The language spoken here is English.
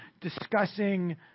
discussing